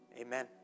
Amen